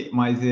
mas